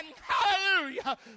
Hallelujah